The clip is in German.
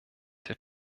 der